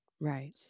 Right